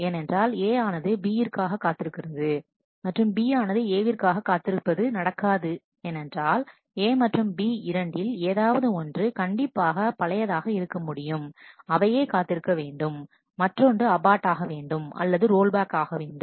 ஏனென்றால் A ஆனது B விற்காக காத்திருப்பது மற்றும் B ஆனது A விற்காக காத்திருப்பது நடக்காது ஏனென்றால் ஏ மற்றும் பி இரண்டில் ஏதாவது ஒன்று கண்டிப்பாக பழையதாக இருக்கமுடியும் அவையே காத்திருக்க வேண்டும் மற்றொன்று அபார்ட் ஆக வேண்டும் அல்லது ரோல்பேக் ஆகவேண்டும்